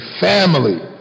family